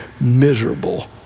miserable